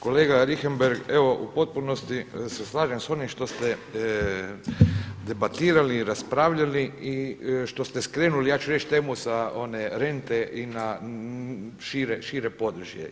Kolega Richembergh, evo u potpunosti se slažem sa onim što ste debatirali, raspravljali i što ste skrenuli ja ću reći temu sa one rente i na šire područje.